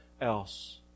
else